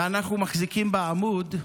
ואנחנו מחזיקים בעמוד,